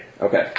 Okay